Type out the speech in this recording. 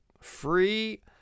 free